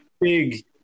big